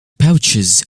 pouches